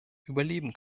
überleben